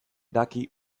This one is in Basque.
daki